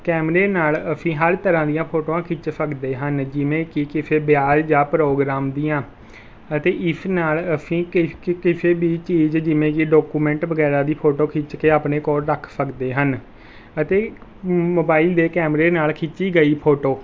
ਕੈਮਰੇ ਨਾਲ ਅਸੀਂ ਹਰ ਤਰ੍ਹਾਂ ਦੀਆਂ ਫੋਟੋਆਂ ਖਿੱਚ ਸਕਦੇ ਹਨ ਜਿਵੇਂ ਕਿ ਕਿਸੇ ਵਿਆਹ ਜਾਂ ਪ੍ਰੋਗਰਾਮ ਦੀਆਂ ਅਤੇ ਇਸ ਨਾਲ ਅਸੀਂ ਕਿਸ ਕਿਸੇ ਵੀ ਚੀਜ਼ ਜਿਵੇਂ ਕਿ ਡੋਕੂਮੈਂਟ ਵਗੈਰਾ ਦੀ ਫੋਟੋ ਖਿੱਚ ਕੇ ਆਪਣੇ ਕੋਲ ਰੱਖ ਸਕਦੇ ਹਨ ਅਤੇ ਮੋਬਾਇਲ ਦੇ ਕੈਮਰੇ ਨਾਲ ਖਿੱਚੀ ਗਈ ਫੋਟੋ